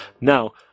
Now